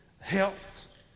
health